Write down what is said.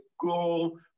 goal